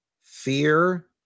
fear